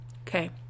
Okay